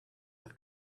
with